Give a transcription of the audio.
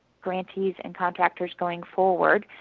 grantees and contractors going forward.